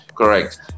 Correct